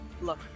look